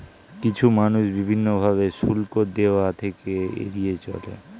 কিছু মানুষ বিভিন্ন ভাবে শুল্ক দেওয়া থেকে এড়িয়ে চলে